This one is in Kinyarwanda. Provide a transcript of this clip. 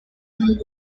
muri